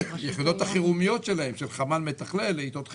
היחידות החירום שלהם, של חמ"ל מתכלל לעיתות חירום.